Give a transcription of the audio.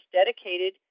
dedicated